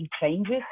changes